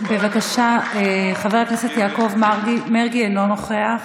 חבר הכנסת יעקב מרגי, אינו נוכח,